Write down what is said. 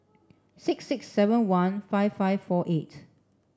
six six seven one five five four eight